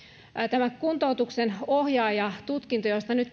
tämä kuntoutuksen ohjaaja tutkinto josta nyt